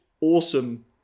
awesome